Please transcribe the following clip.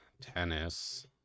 tennis